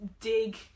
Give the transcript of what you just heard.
dig